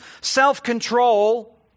self-control